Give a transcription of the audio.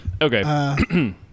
okay